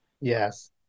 Yes